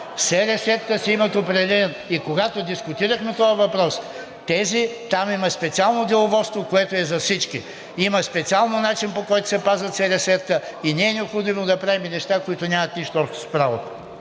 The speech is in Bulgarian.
СРС-тата си имат определен закон. И когато дискутирахме този въпрос, там има специално деловодство, което е за всички, има специален начин, по който се пазят СРС-тата, и не е необходимо да правим неща, които нямат нищо общо с правото.